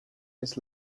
his